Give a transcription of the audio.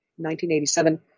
1987